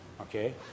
Okay